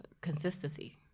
consistency